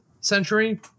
century